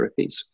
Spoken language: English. therapies